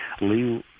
Lee –